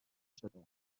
شده